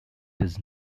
does